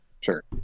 Sure